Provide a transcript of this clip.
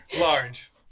Large